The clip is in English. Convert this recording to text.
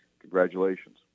congratulations